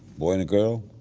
boy and a girl?